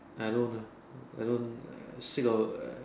I don't ah I don't ah still got